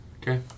Okay